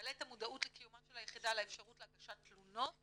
שיעלה את המודעות לקיומה של היחידה לאפשרות להגשת תלונות